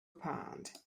pond